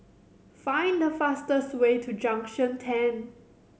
find the fastest way to Junction Ten